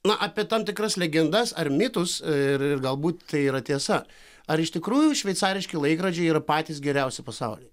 na apie tam tikras legendas ar mitus ir ir ir galbūt tai yra tiesa ar iš tikrųjų šveicariški laikrodžiai yra patys geriausi pasaulyje